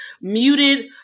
muted